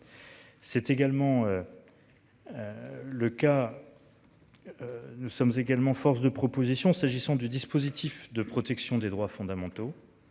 C'est également. Le cas. Nous sommes également force de proposition. S'agissant du dispositif de protection des droits fondamentaux.